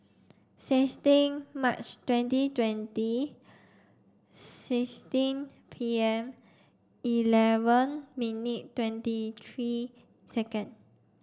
sixteen March twenty twenty sixteen P M eleven minute twenty three second